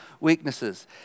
weaknesses